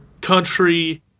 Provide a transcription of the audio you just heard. country